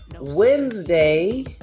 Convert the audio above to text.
Wednesday